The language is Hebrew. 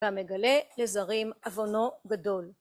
המגלה לזרים עוונו גדול